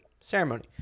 ceremony